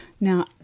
Now